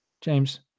James